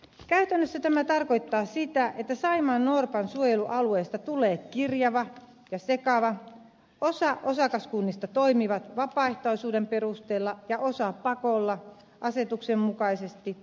käytännössä tämä tarkoittaa sitä että saimaannorpan suojelualueesta tulee kirjava ja sekava osa osakaskunnista toimii vapaaehtoisuuden perusteella ja osa pakolla asetuksenmukaisesti